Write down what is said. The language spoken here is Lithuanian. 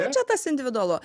čia tas individualu